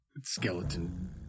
Skeleton